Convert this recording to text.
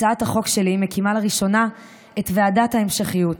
הצעת החוק שלי מקימה לראשונה את ועדת ההמשכיות,